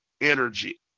energy